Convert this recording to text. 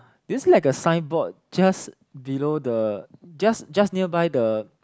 do you see like a signboard just below the just just nearby the